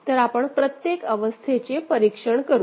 तर आपण प्रत्येक अवस्थेचे परीक्षण करू